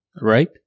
right